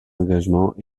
engagement